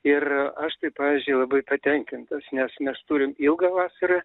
ir aš tai pavyzdžiui labai patenkintas nes mes turim ilgą vasarą